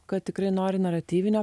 kad tikrai nori naratyvinio